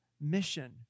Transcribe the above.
mission